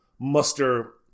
muster